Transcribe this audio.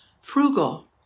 frugal